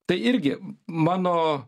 tai irgi mano